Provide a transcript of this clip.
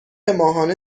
ماهانه